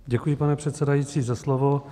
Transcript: Děkuji, pane předsedající, za slovo.